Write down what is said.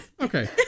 Okay